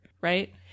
Right